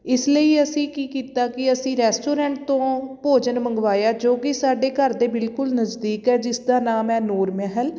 ਇਸ ਲਈ ਅਸੀਂ ਕੀ ਕੀਤਾ ਕਿ ਅਸੀਂ ਰੈਸਟੋਰੈਂਟ ਤੋਂ ਭੋਜਨ ਮੰਗਵਾਇਆ ਜੋ ਕਿ ਸਾਡੇ ਘਰ ਦੇ ਬਿਲਕੁਲ ਨਜ਼ਦੀਕ ਹੈ ਜਿਸ ਦਾ ਨਾਮ ਹੈ ਨੂਰ ਮਹਿਲ